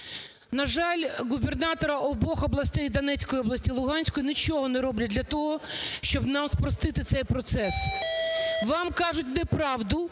На жаль, губернатори обох областей, Донецької області і Луганської, нічого не роблять для того, щоб нам спростити цей процес. Вам кажуть неправду,